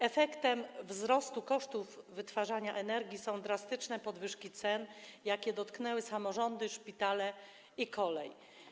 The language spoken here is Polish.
Efektem wzrostu kosztów wytwarzania energii są drastyczne podwyżki cen, jakie dotknęły samorządy, szpitale i kolej.